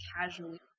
casually